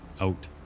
out